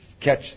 catch